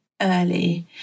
early